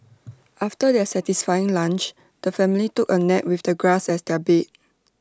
after their satisfying lunch the family took A nap with the grass as their bed